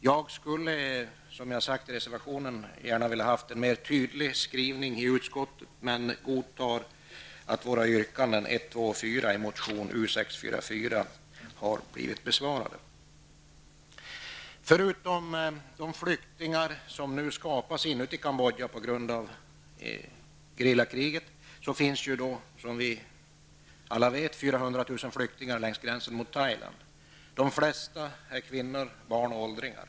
Jag skulle, som jag har sagt i reservationen, gärna velat ha en mera tydlig skrivning i utskottet men godtar att våra yrkanden Förutom de flyktingar som nu skapas inuti Kambodja på grund av gerillakriget finns, som vi alla vet, 400 000 flyktingar längs gränsen mot Thailand. De flesta är kvinnor, barn och åldringar.